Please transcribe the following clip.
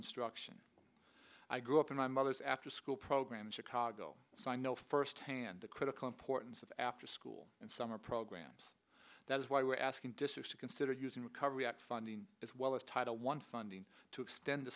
instruction i grew up in my mother's afterschool program chicago so i know firsthand the critical importance of afterschool and summer programs that is why we're asking district to consider using recovery act funding as well as title one funding to extend the